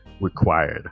required